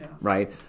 right